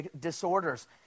disorders